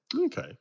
Okay